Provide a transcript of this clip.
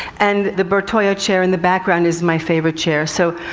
and the bertoia chair in the background is my favorite chair. so,